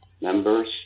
members